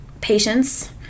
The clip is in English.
patience